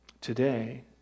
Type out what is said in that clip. today